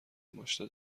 انباشته